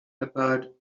about